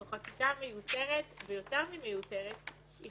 זאת חקיקה מיותרת, ויותר ממיותרת, היא